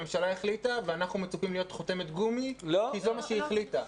הממשלה החליטה ואנחנו מצופים להיות חותמת גומי כי זה מה שהיא החליטה.